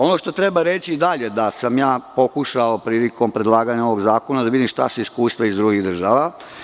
Ono što treba reći dalje, da sam pokušao prilikom predlaganja ovog zakona, da vidim šta se iskustva iz drugih država.